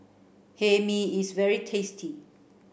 Hae Mee is very tasty